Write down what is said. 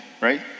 right